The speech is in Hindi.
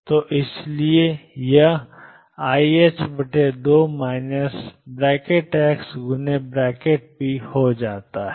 तो इसलिए यह iℏ2 ⟨x⟩⟨p⟩ हो जाता है